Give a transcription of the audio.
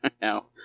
now